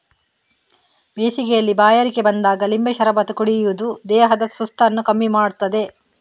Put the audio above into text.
ಬೇಸಿಗೆಯಲ್ಲಿ ಬಾಯಾರಿಕೆ ಬಂದಾಗ ಲಿಂಬೆ ಶರಬತ್ತು ಕುಡಿಯುದು ದೇಹದ ಸುಸ್ತನ್ನ ಕಮ್ಮಿ ಮಾಡ್ತದೆ